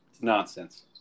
nonsense